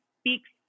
speaks